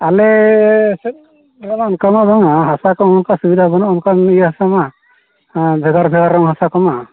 ᱟᱞᱮ ᱥᱮᱫ ᱟᱫᱚ ᱚᱱᱠᱟ ᱢᱟ ᱵᱟᱝᱟ ᱦᱟᱥᱟ ᱠᱚᱦᱚᱸ ᱚᱱᱠᱟ ᱥᱩᱵᱤᱫᱷᱟ ᱵᱟᱹᱱᱩᱜᱼᱟ ᱚᱱᱠᱟᱱ ᱦᱟᱥᱟ ᱢᱟ ᱦᱮᱸ ᱵᱷᱮᱜᱟᱨ ᱵᱷᱮᱜᱟᱨ ᱦᱟᱥᱟ ᱠᱚᱢᱟ